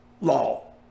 law